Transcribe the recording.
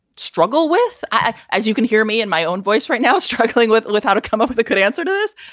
struggle with, ah as you can hear me in my own voice right now, struggling with with how to come up with a good answer to this,